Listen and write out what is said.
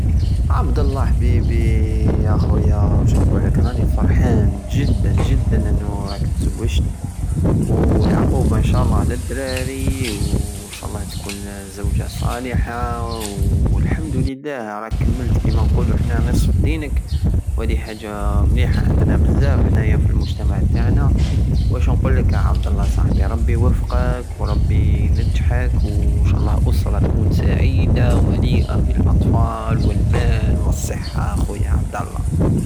عبد الله حبيبي يا خويا واش نقولك راني فرحان جدا جدا انو راك تزوجت ولعقوبة نشالله لدراري ونشالله تكون زوجة صالحة والحمد الله راك كملت كيما نقولو حنا نصف دينك وهادي حاجة مليحة عندنا حنايا بزاف حنايا في المجتمع تاعنا واش نقولك عبدالله صاحبي ربي يوفقك وربي ينجحك ونشالله اسرى تكون سعيدة ومليئة بالاطفال والمال والصحة يا خويا عبدالله